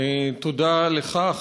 תודה לך,